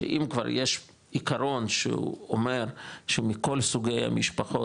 שאם כבר יש עיקרון שהוא אומר שמכל סוגי המשפחות,